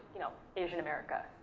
you know, asian america.